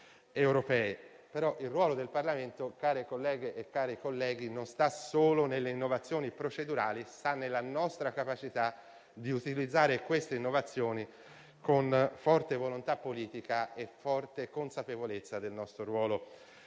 il ruolo del Parlamento - care colleghe e cari colleghi - non sta solo nelle innovazioni procedurali: sta anche nella nostra capacità di utilizzare le innovazioni con forte volontà politica e forte consapevolezza del nostro ruolo.